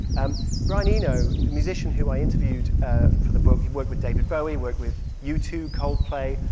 and brian eno, a musician who i interviewed ah for the book he worked with david bowie, worked with u two, coldplay,